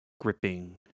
gripping